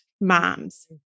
moms